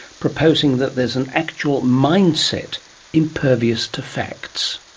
proposing that there is an actual mindset impervious to facts.